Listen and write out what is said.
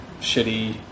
shitty